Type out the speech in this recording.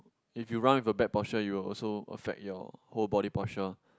if you run with a back posture you'll also affect your whole body posture